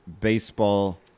baseball